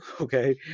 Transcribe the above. Okay